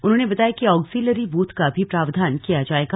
उन्होंने बताया कि ऑक्जीलरी बूथ का भी प्रावधान किया जाएगा